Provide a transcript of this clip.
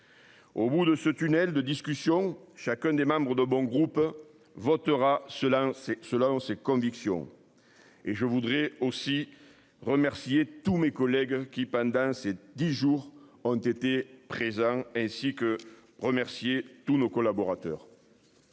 Au bout de ce tunnel de discussions. Chacun des membres de bon groupe votera cela hein. C'est selon ses convictions. Et je voudrais aussi remercier tous mes collègues qui pendant ces 10 jours ont été présents ainsi que remercier tous nos collaborateurs.